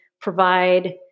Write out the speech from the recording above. provide